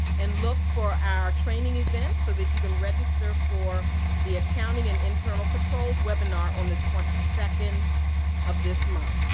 and look for our training events so that you can register for the accounting and internal controls webinar on the twenty second of this month.